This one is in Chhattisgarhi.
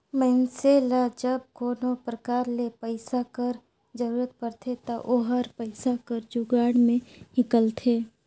मइनसे ल जब कोनो परकार ले पइसा कर जरूरत परथे ता ओहर पइसा कर जुगाड़ में हिंकलथे